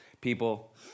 people